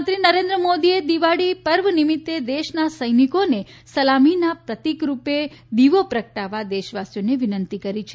પ્રધાનમંત્રી નરેન્દ્ર મોદીએ દિવાળી પર્વ નિમિત્તે દેશના સૈનિકોને સલામી આપવાના પ્રતિક રૂપે દિવો પ્રગટાવવા દેશવાસીઓને વિનંતી કરી છે